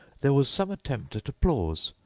there was some attempts at applause,